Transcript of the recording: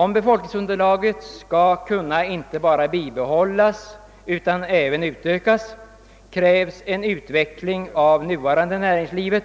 Om befolkningsunderlaget skall kunna inte bara bibehållas utan även utökas, krävs en utveckling av det nuvarande näringslivet